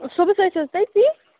صُبحس ٲسوٕ حظ تٔتی